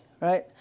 right